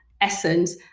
essence